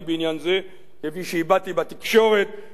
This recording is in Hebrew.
כפי שהבעתיה בתקשורת בשבוע שעבר: